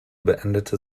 beendete